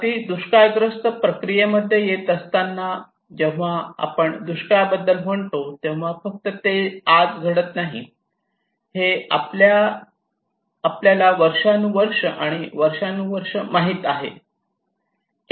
अगदी दुष्काळग्रस्त प्रक्रियेमध्ये येत असताना जेव्हा आपण दुष्काळाबद्दल म्हणतो तेव्हा फक्त तेच आज घडत नाही हे आपल्याला वर्षानुवर्षे आणि वर्षानुवर्षे माहित आहे